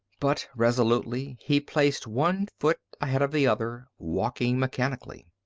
but resolutely he placed one foot ahead of the other, walking mechanically.